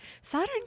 Saturn